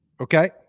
okay